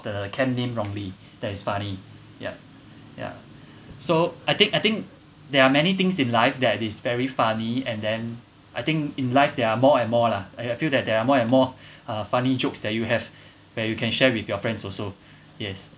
the camp name wrongly that it's funny yup yeah so I think I think there are many things in life that is very funny and then I think in life there are more and more lah I feel that there are more and more funny jokes that you have where you can share with your friends also yes